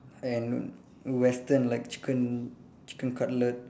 and Western like chicken chicken cutlet